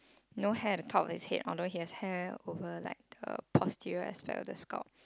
no hair at the top although he has hair over like her posterior expel the scope